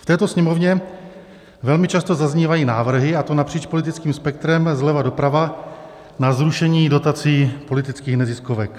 V této Sněmovně velmi často zaznívají návrhy, a to napříč politickým spektrem zleva doprava, na zrušení dotací politických neziskovek.